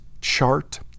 Chart